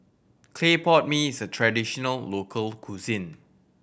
clay pot mee is a traditional local cuisine